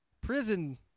prison